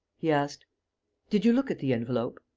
he asked did you look at the envelope?